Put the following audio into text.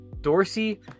Dorsey